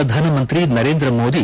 Pradhan Mantri Narendra Modi